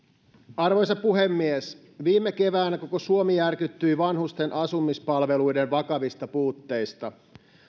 arvoisa puhemies viime keväänä koko suomi järkyttyi vanhusten asumispalveluiden vakavista puutteista